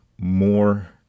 more